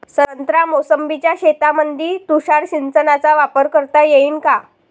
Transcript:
संत्रा मोसंबीच्या शेतामंदी तुषार सिंचनचा वापर करता येईन का?